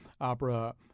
opera